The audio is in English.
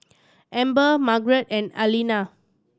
Amber Margret and Alaina